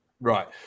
Right